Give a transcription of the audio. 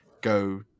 go